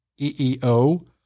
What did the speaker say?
EEO